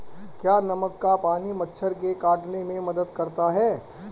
क्या नमक का पानी मच्छर के काटने में मदद करता है?